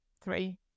three